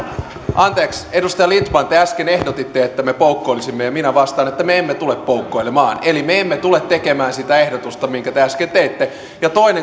anteeksi edustaja lindtman te äsken ehdotitte että me poukkoilisimme ja minä vastaan että me emme tule poukkoilemaan eli me emme tule tekemään sitä ehdotusta minkä te äsken teitte ja toinen